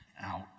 out